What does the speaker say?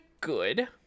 good